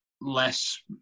less